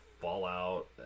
Fallout